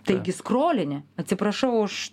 taigi skrolini atsiprašau už